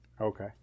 okay